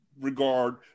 regard